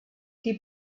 die